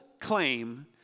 claim